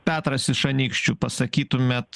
petras iš anykščių pasakytumėt